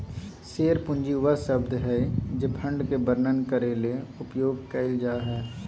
share पूंजी वह शब्द हइ जे फंड के वर्णन करे ले उपयोग कइल जा हइ